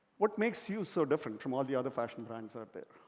what makes you so different from all the other fashion brands out there?